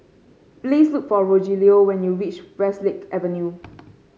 please look for Rogelio when you reach Westlake Avenue